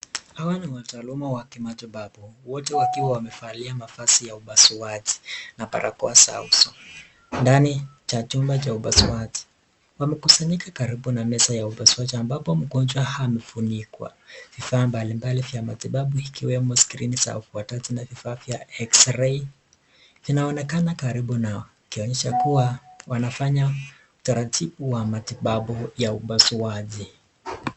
Hawa ni mataaluma wa kimatibabu. Wote wakiwa wamevalia mavazi ya upasuaji na barakoa za uso. Ndani cha chumba cha upasuaji. Wamekusanyika karibu na meza ya upasuaji ambapo mgonjwa amefunikwa. Vifaa mbalimbali vya matibabu ikiwemo screen za ufuataji na vifaa vya x-ray vinaonekana karibu nao ikionyesha kuwa wanafanya utaratibu wa matibabu ya upasuaji.